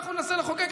אנחנו ננסה לחוקק,